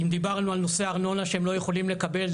אם דיברנו על נושא ארנונה שהם לא יכולים לקבל,